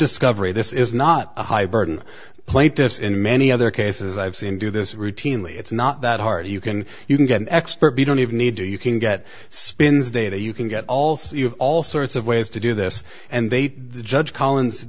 discovery this is not a high burden plaintiffs in many other cases i've seen do this routinely it's not that hard you can you can get an expert be don't even need to you can get spins data you can get all so you have all sorts of ways to do this and they the judge collins